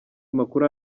makuru